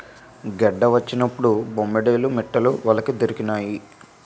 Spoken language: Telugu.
గెడ్డ వచ్చినప్పుడు బొమ్మేడాలు మిట్టలు వలకి దొరికినాయి